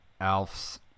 Alf's